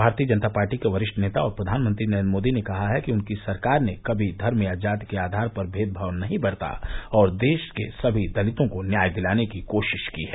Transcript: भारतीय जनता पार्टी के वरिष्ठ नेता और प्रधानमंत्री नरेन्द्र मोदी ने कहा है कि उनकी सरकार ने कभी धर्म या जाति के आधार पर भेदभाव नहीं बरता और देश के सभी दलितों को न्याय दिलाने की कोशिश की है